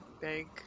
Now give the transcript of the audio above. big